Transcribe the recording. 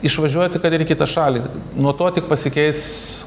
išvažiuoti kad ir į kitą šalį nuo to tik pasikeis